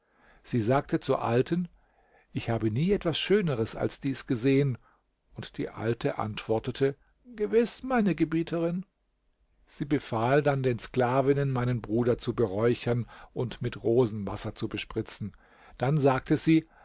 sie sagte zur alten ich habe nie etwas schöneres als dies gesehen und die alte antwortete gewiß meine gebieterin sie befahl dann den sklavinnen meinen bruder zu beräuchern und mit rosenwasser zu bespritzen dann sagte sie